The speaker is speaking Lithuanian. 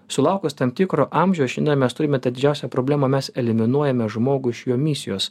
sulaukus tam tikro amžiaus šiandien mes turime tą didžiausią problemą mes eliminuojame žmogų iš jo misijos